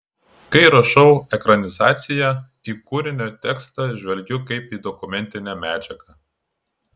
kai rašau ekranizaciją į kūrinio tekstą žvelgiu kaip į dokumentinę medžiagą